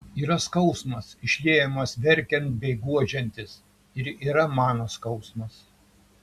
yra skausmas išliejamas verkiant bei guodžiantis ir yra mano skausmas